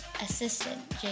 assistant